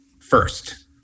first